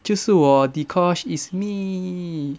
就是我 dee kosh it's me